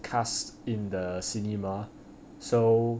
cast in the cinema so